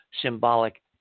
symbolic